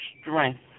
strength